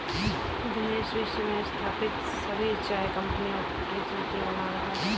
दिनेश विश्व में स्थापित सभी चाय कंपनियों की सूची बना रहा है